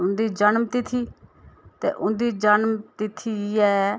उं'दी जनम तिथि तो उं'दी जनम तिथि ऐ